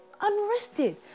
Unrested